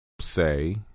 Say